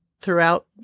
throughout